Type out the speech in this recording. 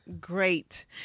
Great